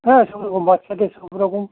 হ্যাঁ সব রকম বাচ্চাদের সব রকম